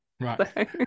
Right